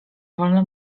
wolno